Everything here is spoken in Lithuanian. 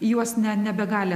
į juos ne nebegali